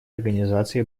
организации